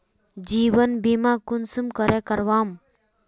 जीवन बीमा कुंसम करे करवाम?